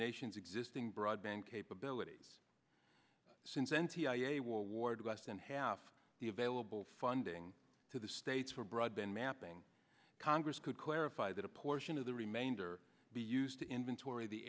nation's existing broadband capabilities since n t i a were awarded less than half the available funding to the states for broadband mapping congress could clarify that a portion of the remainder be used to inventory the